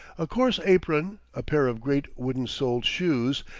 a coarse apron, a pair of great wooden soled shoes,